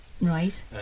right